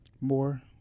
more